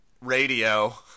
radio